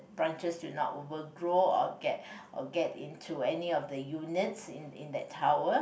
branches do not overgrow or get or get into any of the units in in that tower